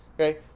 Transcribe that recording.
Okay